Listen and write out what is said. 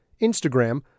Instagram